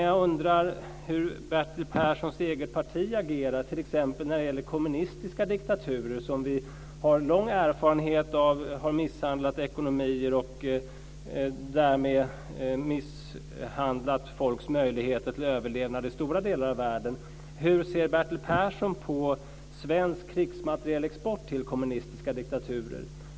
Jag undrar hur Bertil Perssons eget parti agerar när det gäller t.ex. kommunistiska diktaturer som, det har vi lång erfarenhet av, har misshandlat ekonomier och därmed också folks möjligheter till överlevnad i stora delar av världen. Hur ser Bertil Persson på svensk krigsmaterielexport till kommunistiska diktaturer?